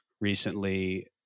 Recently